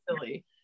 silly